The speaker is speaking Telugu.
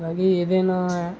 అలాగే ఏదైనా